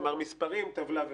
כלומר, מספרים, טבלה וכו'.